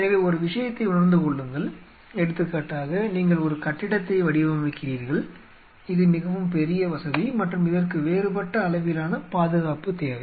எனவே ஒரு விஷயத்தை உணர்ந்து கொள்ளுங்கள் எடுத்துக்காட்டாக நீங்கள் ஒரு கட்டிடத்தை வடிவமைக்கிறீர்கள் இது மிகவும் பெரிய வசதி மற்றும் இதற்கு வேறுபட்ட அளவிலான பாதுகாப்பு தேவை